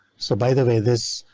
so by the way, this.